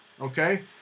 okay